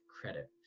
credit